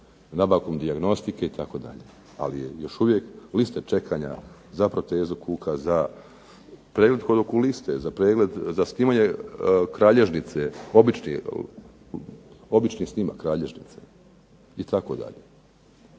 nabavkom dijagnostike itd. Ali još uvijek liste čekanja za protezu kuka, za pregled kod okuliste, za snimanje kralježnice obični snimak kralježnice itd.